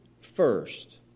first